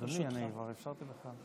אדוני, אני כבר אפשרתי לך.